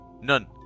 None